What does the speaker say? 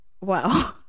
wow